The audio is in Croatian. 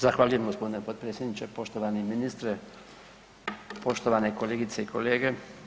Zahvaljujem gospodine potpredsjedniče, poštovani ministre, poštovane kolegice i kolege.